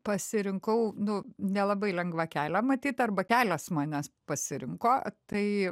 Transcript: pasirinkau nu nelabai lengvą kelią matyt arba kelias manęs pasirinko tai